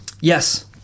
yes